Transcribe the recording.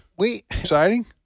exciting